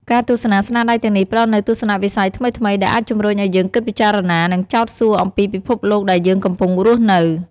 ការទស្សនាស្នាដៃទាំងនេះផ្តល់នូវទស្សនៈវិស័យថ្មីៗ ដែលអាចជំរុញឲ្យយើងគិតពិចារណា និងចោទសួរអំពីពិភពលោកដែលយើងកំពុងរស់នៅ។